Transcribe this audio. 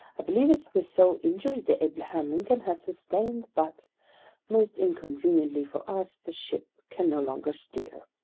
i believe it's the sole injury the abraham lincoln has sustained. but most inconveniently for us, the ship can no longer steer.